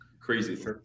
crazy